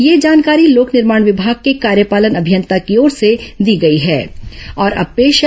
यह जानकारी लोक निर्माण विभाग के कार्यपालन अभियंता की ओर से दी गई है